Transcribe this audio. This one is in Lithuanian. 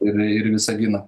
ir ir visaginą